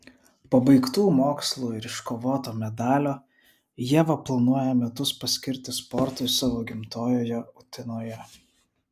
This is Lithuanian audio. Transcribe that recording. po baigtų mokslų ir iškovoto medalio ieva planuoja metus paskirti sportui savo gimtojoje utenoje